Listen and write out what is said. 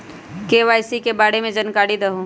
KYC के बारे में जानकारी दहु?